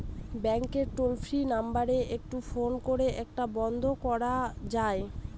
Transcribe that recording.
ব্যাংকের toll free number একটু phone করে এটা বন্ধ করা যায়?